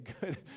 good